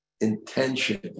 intention